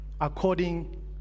according